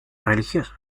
religiosos